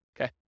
Okay